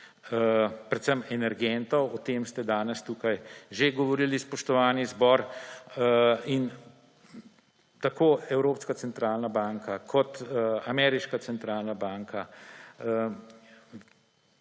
predvsem energentov. O tem ste danes tukaj že govorili, spoštovani zbor. In tako Evropska centralna banka kot ameriška centralna banka